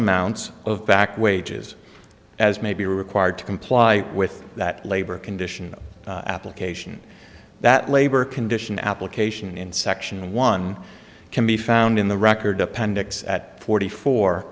amounts of back wages as may be required to comply with that labor condition application that labor condition application in section one can be found in the record appendix at forty four